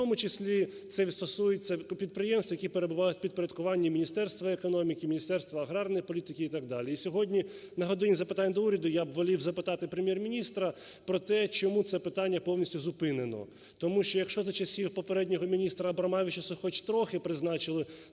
в тому числі це і стосується підприємств, які перебувають в підпорядкуванні Міністерства економіки, Міністерства аграрної політики і так далі. І сьогодні на "годині запитань до Уряду", я б волів запитати Прем'єр-міністра про те, чому це питання повністю зупинено. Тому що, якщо за часів попереднього міністра Абрамавичуса хоч трохи призначили